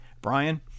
Brian